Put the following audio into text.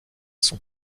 sont